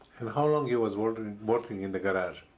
and how long you was working working in the garage?